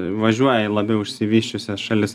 važiuoja į labiau išsivysčiusias šalis